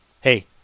hey